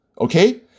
okay